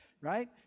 right